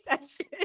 session